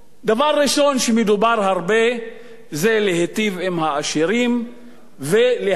דבר ראשון שמדובר הרבה זה להיטיב עם העשירים ולהכות